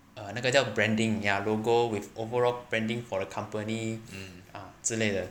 err 那个叫 branding ya logo with overall branding for a company 啊之类的